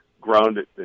grounded